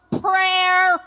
prayer